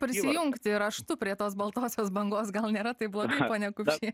prisijungti raštu prie tos baltosios bangos gal nėra taip blogai pone kupšį